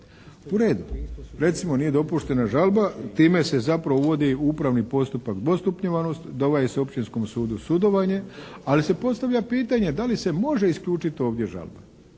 U redu. Recimo nije dopuštena žalba, time se zapravo uvodi upravni postupak dvostupnjevanost, …/Govornik se ne razumije./… Općinskom sudu sudovanje, ali se postavlja pitanje da li se može isključiti ovdje žalba?